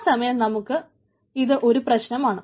ആ സമയം നമുക്ക് ഇത് ഒരു പ്രശ്നമാണ്